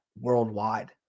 worldwide